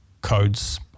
Codes